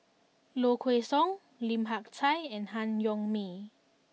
Low Kway Song Lim Hak Tai and Han Yong May